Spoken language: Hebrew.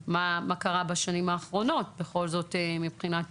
מה קרה בשנים האחרונות מבחינת